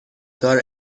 دار